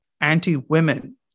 anti-women